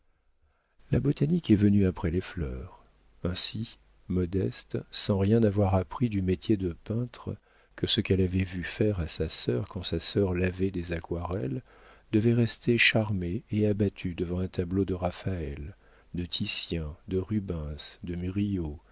la botanique est venue après les fleurs ainsi modeste sans rien avoir appris du métier de peintre que ce qu'elle avait vu faire à sa sœur quand sa sœur lavait des aquarelles devait rester charmée et abattue devant un tableau de raphaël de titien de rubens de